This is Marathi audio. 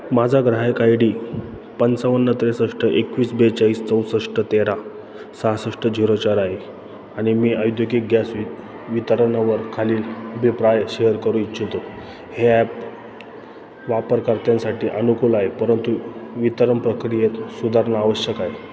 माझा ग्राहक आय डी पंचावन्न त्रेसष्ट एकवीस बेचाळीस चौसष्ट तेरा सहासष्ट झिरो चार आहे आणि मी औद्योगिक गॅस वि वितरणावर खालील अभिप्राय शेअर करू इच्छितो हे ॲप वापरकर्त्यांसाठी अनुकूल आहे परंतु वितरण प्रक्रियेत सुधारणा आवश्यक आहे